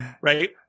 right